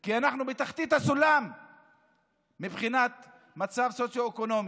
כי אנחנו בתחתית הסולם מבחינת מצב סוציו-אקונומי,